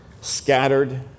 scattered